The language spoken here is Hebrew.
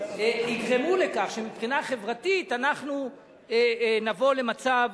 שיגרמו לכך שמבחינה חברתית אנחנו נבוא למצב